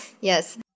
Yes